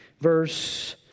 verse